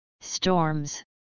Storms